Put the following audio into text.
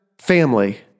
family